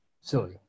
Silly